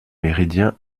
méridien